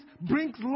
brings